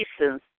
license